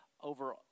over